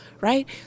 right